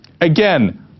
Again